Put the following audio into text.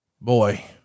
boy